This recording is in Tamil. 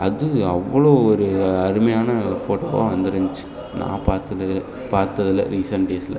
அது அவ்வளோ ஒரு அருமையான ஃபோட்டோவாக வந்துருந்துச்சி நான் பார்த்தது பார்த்ததுல ரீசண்ட் டேஸில்